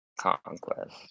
Conquest